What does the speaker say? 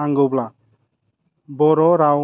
नांगौब्ला बर' राव